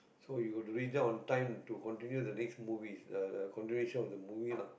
so you got to reach there on time to continue the next movies uh uh continuation of the movie lah